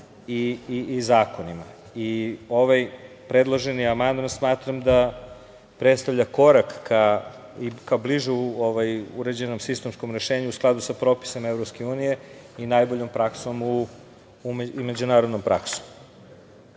i zakonima. Ovaj predloženi amandman smatram da predstavlja korak ka bliže uređenom sistemskom rešenju u skladu sa propisima EU i najboljom praksom i međunarodnom